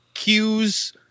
cues